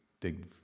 dig